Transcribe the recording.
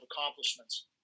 accomplishments